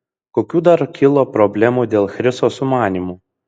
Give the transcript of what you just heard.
kokių dar kilo problemų dėl chriso sumanymų